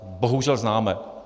Bohužel známe.